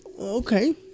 Okay